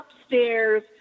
upstairs